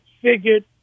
figured